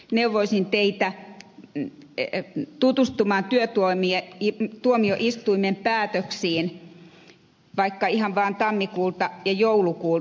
neuvoisin teitä tutustumaan työtuomioistuimen päätöksiin vaikka ihan vaan tammikuulta ja joulukuulta